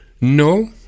No